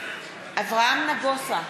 אברהם נגוסה,